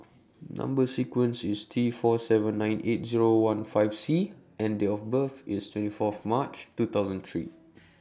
Number sequence IS T four seven nine eight Zero one five C and Date of birth IS twenty Fourth March two thousand three